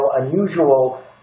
unusual